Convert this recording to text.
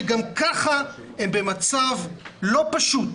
שגם כך הם במצב לא פשוט,